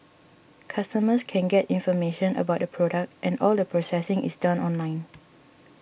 customers can get information about the product and all the processing is done online